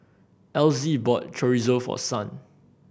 Elzie bought Chorizo for Son